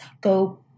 go